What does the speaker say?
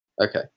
Okay